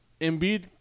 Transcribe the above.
Embiid